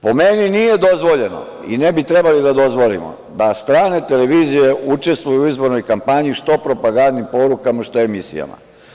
Po meni nije dozvoljeno, i ne bi trebali da dozvolimo, da strane televizije učestvuju u izbornoj kampanji, što propagandnim porukama, što emisijama.